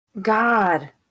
God